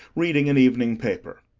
reading an evening paper.